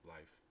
Life